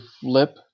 flip